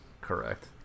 Correct